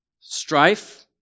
strife